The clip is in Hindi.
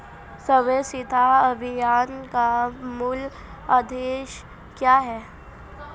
सर्व शिक्षा अभियान का मूल उद्देश्य क्या है?